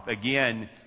Again